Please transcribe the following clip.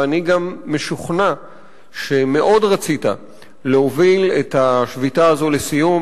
ואני גם משוכנע שמאוד רצית להוביל את השביתה הזו לסיום.